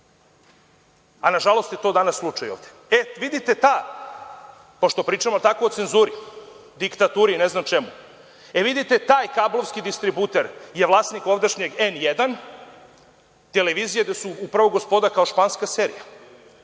A nažalost je to danas slučaj ovde. E vidite, ta, pošto pričamo tako o cenzuri, diktaturi, ne znam čemu, e, vidite taj kablovski distributer je vlasnik ovdašnjeg „N1“, televizije gde su upravo gospoda kao španska serija.